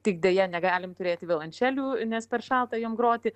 tik deja negalim turėti violončelių nes per šalta jom groti